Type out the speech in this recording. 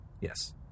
Yes